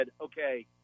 okay